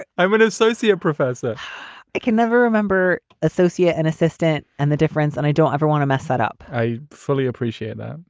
i'm an associate professor i can never remember associate an assistant. and the difference and i don't ever want to mess that up. i fully appreciate um